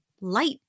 light